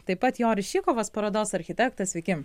taip pat joris šykovas parodos architektas sveiki